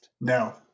No